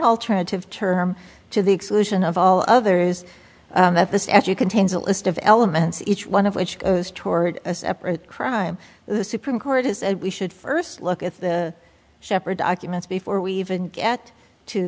alternative term to the exclusion of all others that this as you contains a list of elements each one of which is toward a separate crime the supreme court is we should first look at the shepherd documents before we even get to